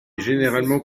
généralement